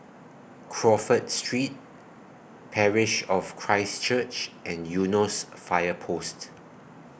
Crawford Street Parish of Christ Church and Eunos Fire Post